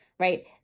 right